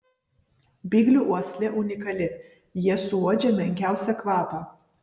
biglių uoslė unikali jie suuodžia menkiausią kvapą